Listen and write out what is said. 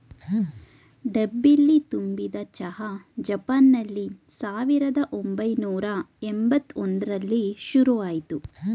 ಡಬ್ಬಿಲಿ ತುಂಬಿದ್ ಚಹಾ ಜಪಾನ್ನಲ್ಲಿ ಸಾವಿರ್ದ ಒಂಬೈನೂರ ಯಂಬತ್ ಒಂದ್ರಲ್ಲಿ ಶುರುಆಯ್ತು